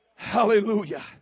Hallelujah